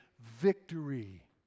victory